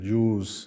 Jews